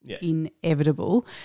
inevitable